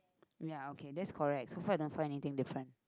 ya okay that's correct so far I don't find anything different